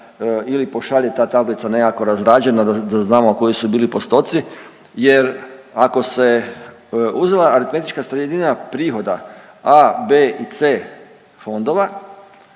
ili pošalje ta tablica nekako razrađena da znamo koji su bili postoci jer ako se uzela aritmetička sredina prihoda A, B i C fondova,